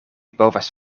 povas